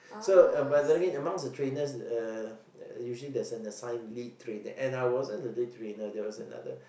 so but technically amongst the trainers uh usually there's an assigned lead trainer and I wasn't the lead trainer there was another